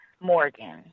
morgan